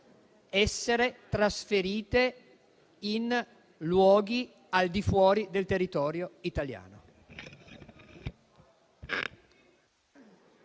essere trasferite in luoghi al di fuori del territorio italiano?